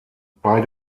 bei